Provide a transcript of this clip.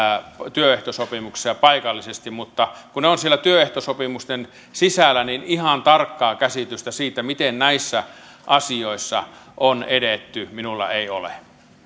työehtosopimuksissa ja paikallisesti mutta kun ne ovat siellä työehtosopimusten sisällä niin ihan tarkkaa käsitystä siitä miten näissä asioissa on edetty minulla ei ole